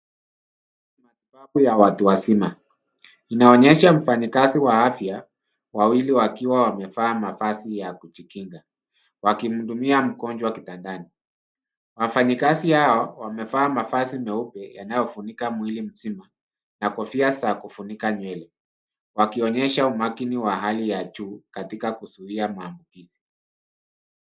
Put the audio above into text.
ya watu waima. Inaonyesha mfanyikazi wa afya wawili wakiwa wamevaa mavazi ya kujikinga wakimhudumia mgonjwa kitandani. Wafanyikazi hao wamevaa mavazi meupe yanayofunika mwili mzima na kofia za kufunika nywele wakionyesha umakini wa hali ya juu katika kuzuia maambukizi.